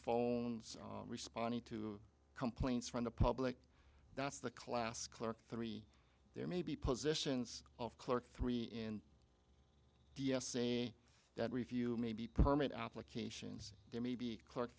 phones responding to complaints from the public that's the class clerk three there may be positions of clerk three in that review may be permit applications there may be clerk